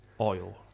Oil